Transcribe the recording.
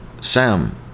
Sam